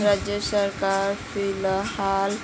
राज्य सरकारो फिलहाल